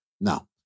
Now